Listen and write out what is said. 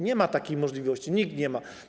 Nie ma takiej możliwości, nikt nie ma.